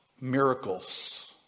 miracles